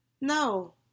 no